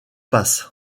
passent